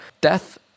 Death